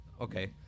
okay